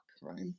right